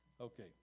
Okay